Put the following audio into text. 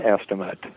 estimate